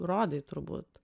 rodai turbūt